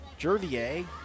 Jervier